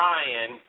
Ryan